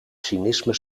cynisme